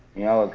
you know,